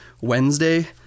Wednesday